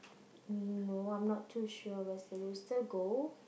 no I'm not to sure where's the rooster go